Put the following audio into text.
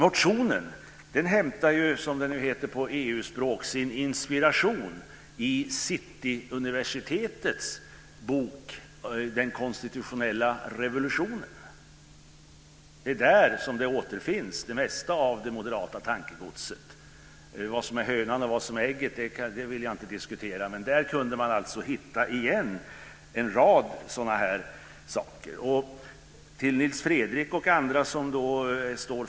Motionen hämtar, som det nu heter på EU-språk, sin inspiration i Cityuniversitetets bok Den konstitutionella revolutionen. Det är där det återfinns, det mesta av det moderata tankegodset. Vad som är hönan och vad som är ägget vill jag inte diskutera, men där kunde man hitta en rad sådana här saker.